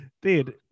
Dude